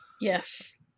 yes